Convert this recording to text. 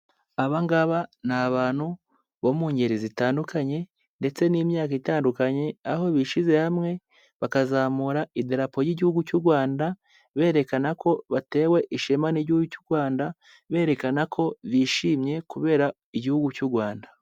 Aba ngaba ni abantu bo mu ngeri zitandukanye ndetse n'imyaka itandukanye, aho bishyize hamwe bakazamura idarapo y'Igihugu cy'u Rwanda, berekana ko batewe ishema n'Igihugu cy'u Rwanda, berekana ko bishimye kubera Igihugu cy'u Rwanda.